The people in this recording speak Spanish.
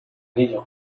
ello